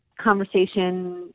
conversation